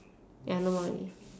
ya no more already